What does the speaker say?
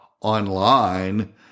online